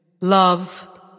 Love